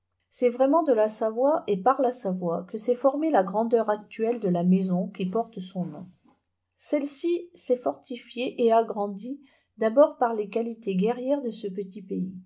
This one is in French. c'est vraiment de la savoie et par la savoie que s'est formée la grandeur actuelle de la maison qui porte son nom celle-ci c'est fortifiée et agrandie d'abord par les qualités guerrières de ce petit pays